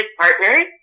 partners